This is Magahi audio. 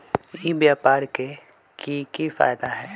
ई व्यापार के की की फायदा है?